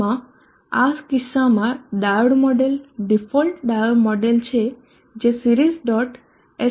subમાં આ કિસ્સામાં diode model default diode model છે જે series